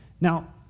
Now